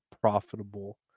profitable